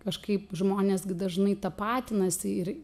kažkaip žmonės dažnai tapatinasi ir